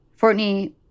Fortney